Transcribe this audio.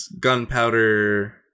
gunpowder